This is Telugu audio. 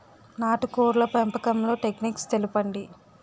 నాటుకోడ్ల పెంపకంలో టెక్నిక్స్ తెలుపండి?